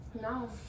No